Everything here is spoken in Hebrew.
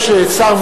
יש שר,